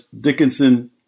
Dickinson